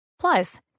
Plus